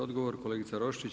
Odgovor kolegica Roščić.